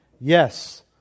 Yes